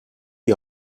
die